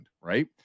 Right